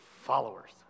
followers